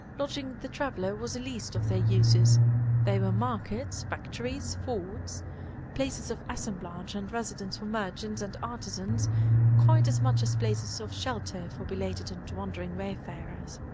lodging the traveller was the least of their uses they were markets, factories, forts places of assemblage and residence for merchants and artisans quite as much as places of shelter for belated and wandering wayfarers.